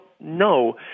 no